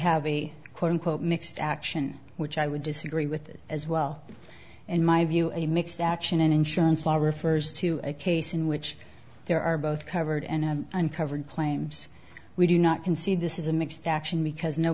have a quote unquote mixed action which i would disagree with as well in my view a mixed action an insurance law refers to a case in which there are both covered and uncovered claims we do not concede this is a mixed action because no